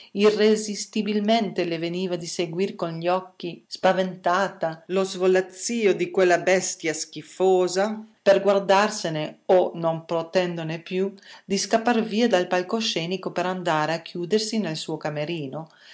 irresistibilmente le veniva di seguir con gli occhi spaventata lo svolazzio di quella bestia schifosa per guardarsene o non potendone più di scappar via dal palcoscenico per andare a chiudersi nel suo camerino